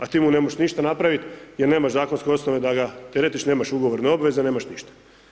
A ti mu ne možeš ništa napraviti jer nemaš zakonske osnove da ga teretiš, nemaš ugovorne obveze, nema ništa.